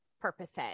purposes